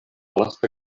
lasta